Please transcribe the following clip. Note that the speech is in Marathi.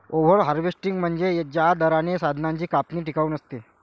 ओव्हर हार्वेस्टिंग म्हणजे ज्या दराने संसाधनांची कापणी टिकाऊ नसते